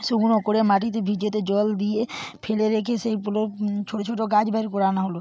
শুকনো করে মাটিতে ভিজোতে জল দিয়ে ফেলে রেখে সেইগুলো ছোটো ছোটো গাছ বের করানো হলো